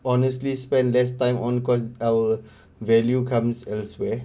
honestly spend less time on cause our value comes elsewhere